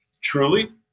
Truly